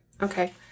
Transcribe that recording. Okay